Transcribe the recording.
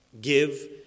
Give